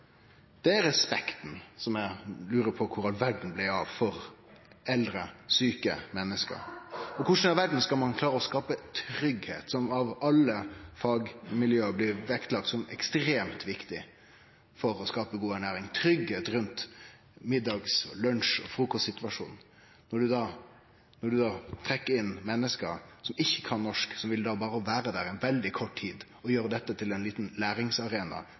Det er respekten som eg lurer på kor i all verda blei av for eldre, sjuke menneske. Korleis i all verda skal ein klare å skape tryggleik, som av alle fagmiljø blir vektlagd som ekstremt viktig for å skape god ernæring, rundt middags-, lunsj- og frukostsituasjonen, når du trekkjer inn menneske som ikkje kan norsk, som berre vil vere der ei veldig kort tid og gjere dette til ein liten læringsarena